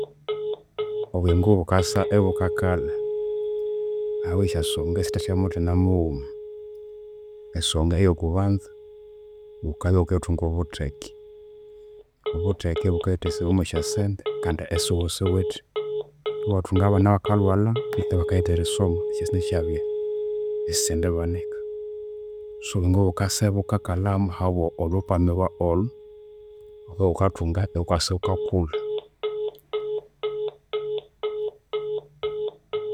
Obuyingo bukasa ibukakalha ahabwa esyasonga esithe syamuthina mughuma. Esonga eyokubanza, ghukabya ighukithunga obutheke. Obutheke bukayithayisibawa mwesyasente kandi isighusithe. Iwathunga abana abakalhwalha kutse abakayithagha erisoma, esyasente isyabya isisyendibanika. So, obuyingo bukasa bukakalhamu ahabwa olhukwamiro olho olhwaghukathunga, ghukasa ghukakulha.